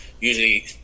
usually